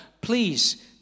please